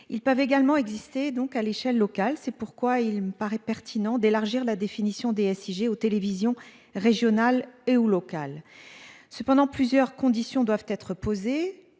Ils peuvent également exister à l'échelle locale. C'est pourquoi il paraît pertinent d'élargir la définition des SIG aux télévisions régionales ou locales. Cependant, plusieurs conditions doivent être posées.